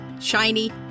shiny